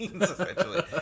essentially